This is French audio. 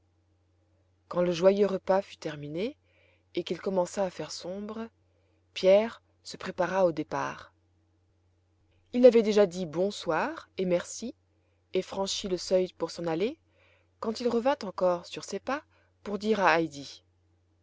quand le joyeux repas fut terminé et qu'il commença à faire sombre pierre se prépara au départ il avait déjà dit bonsoir et merci et franchi le seuil pour s'en aller quand il revint encore sur ses pas pour dire à heidi